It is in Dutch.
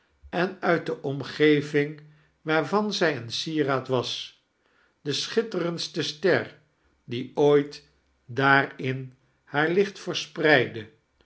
en uit de omgeving waarvan zij een sieraad was de schitterendste star die ooit daarin haar licht verspreidde